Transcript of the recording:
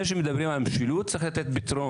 חשוב לומר שמדובר בקהילות קיימות.